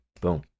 boom